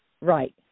Right